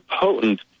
potent